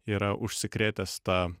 yra užsikrėtęs ta